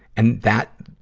and that,